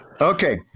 okay